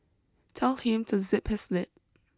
tell him to zip his lip